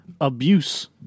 abuse